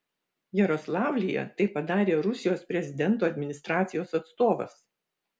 jaroslavlyje tai padarė rusijos prezidento administracijos atstovas